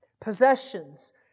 possessions